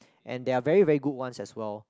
and there are very very good ones as well